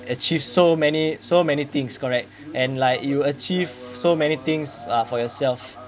achieve so many so many things correct and like you achieve so many things uh for yourself